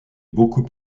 beaucoup